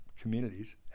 communities